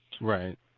Right